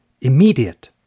immediate